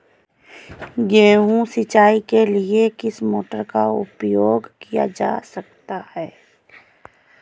गेहूँ सिंचाई के लिए किस मोटर का उपयोग किया जा सकता है?